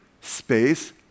space